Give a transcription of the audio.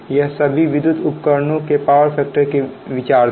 यह सभी विद्युत उपकरणों के पावर फैक्टर के विचार थे